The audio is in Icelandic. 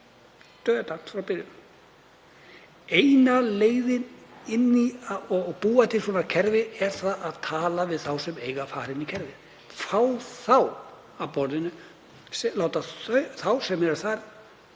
Dauðadæmt frá byrjun. Eina leiðin inn til að búa til svona kerfi er að tala við þá sem eiga að fara inn í kerfið, fá þá að borðinu, láta þá sem eru þar